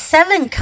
Seven